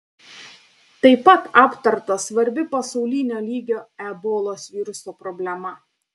tai pat aptarta svarbi pasaulinio lygio ebolos viruso problema